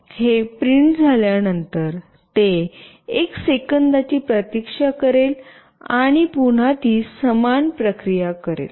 हे प्रिंट झाल्यानंतर ते 1 सेकंदाची प्रतीक्षा करेल आणि पुन्हा ती समान प्रक्रिया करेल